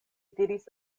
diris